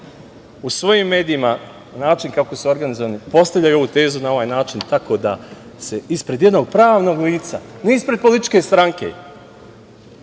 u svojim medijima, na način kako su organizovani, postavljaju ovu tezu na ovaj način tako da se ispred jednog pravnog lica, ne ispred političke stranke